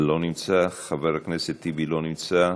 לא נמצא, חבר הכנסת טיבי, לא נמצא,